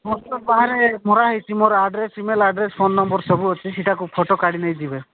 ମୋର ତ ବାହାରେ ଭରା ହେଇଛି ମୋର address email address phone number ସବୁ ଅଛି ସେଟାକୁ ଫଟୋ କାଢ଼ି ନେଇଯିବେ